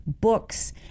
books